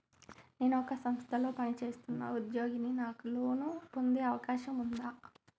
నేను ఒక సంస్థలో పనిచేస్తున్న ఉద్యోగిని నాకు లోను పొందే అవకాశం ఉందా?